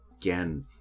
again